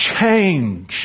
change